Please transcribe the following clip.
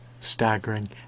staggering